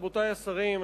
רבותי השרים,